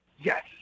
Yes